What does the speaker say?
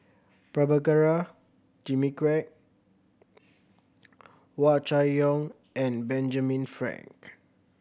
Prabhakara Jimmy Quek Hua Chai Yong and Benjamin Frank